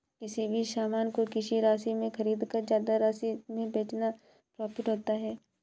किसी भी सामान को किसी राशि में खरीदकर ज्यादा राशि में बेचना प्रॉफिट होता है